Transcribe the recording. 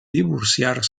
divorciar